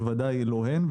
בוודאי ולא הן,